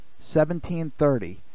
1730